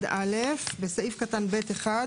(1א) בסעיף קטן (ב)(1),